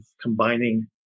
combining